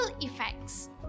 effects